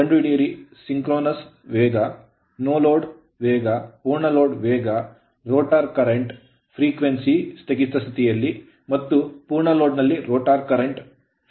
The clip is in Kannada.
ಹುಡುಕಿ a synchronous ಸಿಂಕ್ರೋನಸ್ ವೇಗ b no load ನೋಲೋಡ್ ವೇಗ c ಪೂರ್ಣ load ಲೋಡ್ ವೇಗ d rotor rotor current current frequency frequency ಸ್ಥಗಿತ ಸ್ಥಿತಿಯಲ್ಲಿ ಮತ್ತು e ಪೂರ್ಣ load ಲೋಡ್ ನಲ್ಲಿ rotor rotor current current frequency frequency